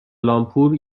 لامپور